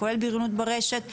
כולל בריונות ברשת.